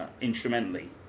instrumentally